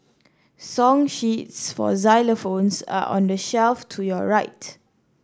song sheets for xylophones are on the shelf to your right